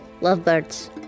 lovebirds